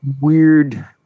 weird